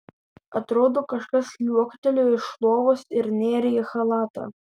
atrodo kažkas liuoktelėjo iš lovos ir nėrė į chalatą